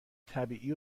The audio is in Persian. طبیعی